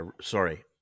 sorry